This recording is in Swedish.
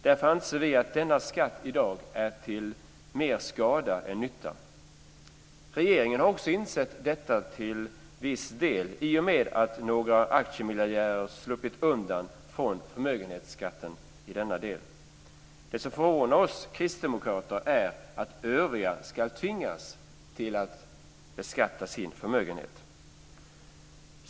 Därför anser vi att denna skatt i dag är till mer skada än nytta. Regeringen har också insett detta till viss del i och med att några aktiemiljardärer sluppit undan från förmögenhetsskatten i denna del. Det som förvånar oss kristdemokrater är att övriga ska tvingas till att beskatta sin förmögenhet.